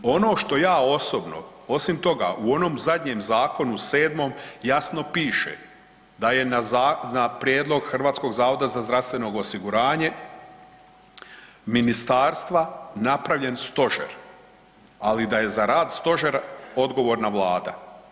Ono što ja osobno, osim toga u onom zadnjem zakonu sedmom jasno piše da je na prijedlog Hrvatskog zavoda za zdravstveno osiguranje Ministarstva napravljen stožer, ali da je za rad stožera odgovorna Vlada.